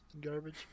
garbage